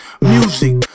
music